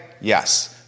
Yes